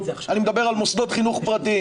אני מדבר על מוסדות חינוך פרטיים.